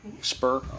Spur